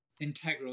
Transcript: Integral